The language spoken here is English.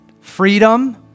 freedom